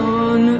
on